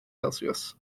celsius